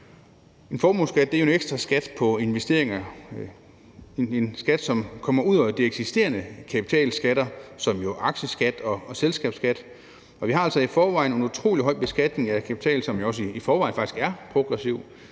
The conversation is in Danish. En formueskat er en ekstra skat på investeringer – en skat, som kommer ud over de eksisterende kapitalskatter, som jo er aktieskat og selskabsskat – og vi har altså i forvejen en utrolig høj beskatning af kapital, som i forvejen faktisk er progressiv.